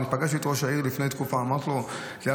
פגשתי את ראש העיר לפני תקופה ואמרתי לו,